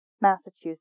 Massachusetts